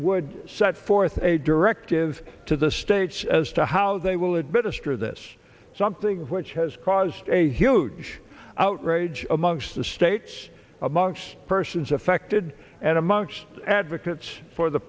would set forth a directive to the states as to how they will administer this something which has caused a huge outrage amongst the states amongst persons affected and amongst advocates for the